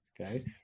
Okay